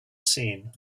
seen